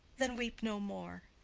then weep no more.